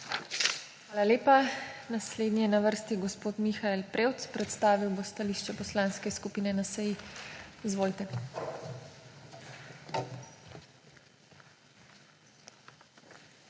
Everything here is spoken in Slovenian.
Hvala lepa. Naslednji je na vrsti gospod Mihael Prevc. Predstavil bo stališče Poslanske skupine NSi. Izvolite.